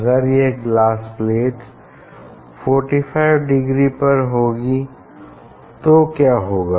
अगर यह glass plate 45 degree पर होगी तो क्या होगा